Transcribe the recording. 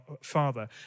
father